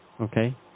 Okay